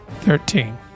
Thirteen